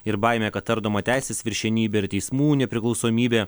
ir baimė kad ardoma teisės viršenybė ir teismų nepriklausomybė